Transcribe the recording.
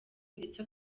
ndetse